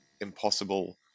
impossible